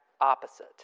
opposite